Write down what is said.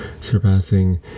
surpassing